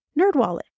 NerdWallet